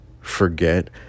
forget